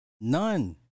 None